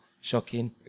shocking